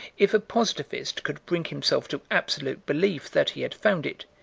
if a positivist could bring himself to absolute belief that he had found it,